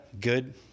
Good